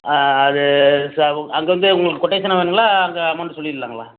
ஆ ஆ அது சா அங்கே வந்து உங்களுக்கு கொட்டேஷனாக வேணுங்களா அங்கே அமௌண்ட் சொல்லிடலாங்களா